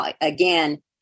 Again